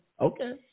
Okay